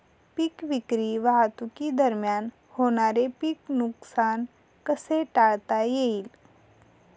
पीक विक्री वाहतुकीदरम्यान होणारे पीक नुकसान कसे टाळता येईल?